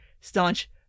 staunch